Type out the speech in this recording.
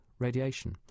radiation